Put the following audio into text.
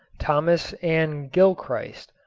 thomas and gilchrist,